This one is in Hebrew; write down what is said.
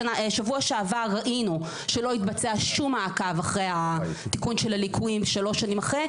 שבוע שעבר ראינו שלא התבצע שום מעקב אחר תיקון הליקויים שלוש שנים אחרי.